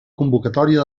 convocatòria